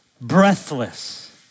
breathless